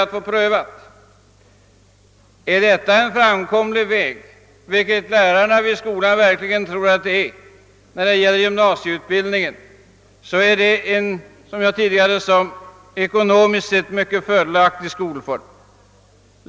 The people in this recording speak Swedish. Rör det sig om en framkomlig väg i fråga om gymnasieutbildning, vilket skolans lärare verkligen tror, är det, som jag tidigare sade, en ekonomiskt sett mycket fördelaktig skolform.